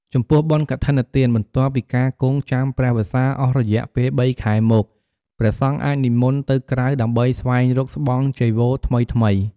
ចំពោះបុណ្យកឋិនទាន បន្ទាប់ពីការគង់ចាំព្រះវស្សាអស់រយៈពេល៣ខែមក ព្រះសង្ឃអាចនិមន្ដទៅក្រៅដើម្បីស្វែងរកស្បង់ចីវរថ្មីៗ ។